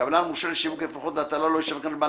קבלן מורשה לשיווק אפרוחות להטלה לא ישווקן לבעל